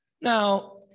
Now